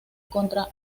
contra